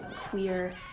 Queer